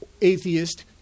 atheist